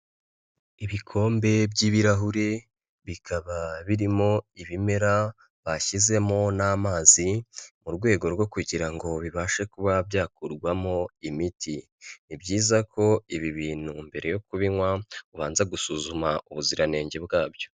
Ibikombe by'ibirahure bikaba birimo ibimera bashyizemo n'amazi mu rwego rwo kugira ngo bibashe kuba byakurwamo imiti, ni byiza ko ibi bintu mbere yo kubinywa ubanza gusuzuma ubuziranenge bwabyo.